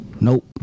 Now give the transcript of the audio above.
Nope